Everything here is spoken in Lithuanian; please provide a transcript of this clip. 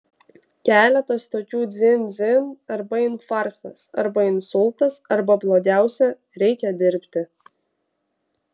keletas tokių dzin dzin arba infarktas arba insultas arba blogiausia reikia dirbti